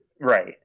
Right